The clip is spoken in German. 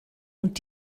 und